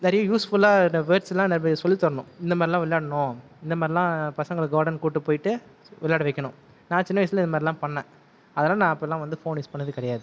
நிறைய யூஸ்ஃபுல்லான வேர்ட்ஸெல்லாம் நம்ம சொல்லி தரணும் இந்த மாதிரிலாம் விளையாடணும் இந்த மாதிரிலாம் பசங்களை கார்டன் கூட்டிகிட்டு போய்விட்டு விளையாட வைக்கணும் நான் சின்ன வயசில் இது மாதிரிலாம் பண்ணிணேன் அதனால் நான் அப்பெல்லாம் வந்து ஃபோன் யூஸ் பண்ணிணது கிடையாது